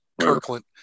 kirkland